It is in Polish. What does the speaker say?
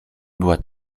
była